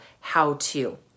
how-to